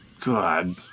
God